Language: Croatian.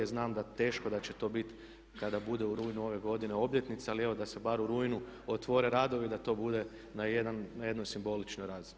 Znam da teško da će to bit kada bude u rujnu ove godine obljetnica, ali evo da se bar u rujnu otvore radovi i da to bude na jednoj simboličnoj razini.